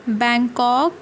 Bangkok